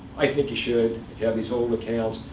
i think you should, if you have these old accounts.